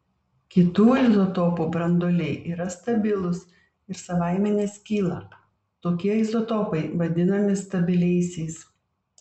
kitų izotopų branduoliai yra stabilūs ir savaime neskyla tokie izotopai vadinami stabiliaisiais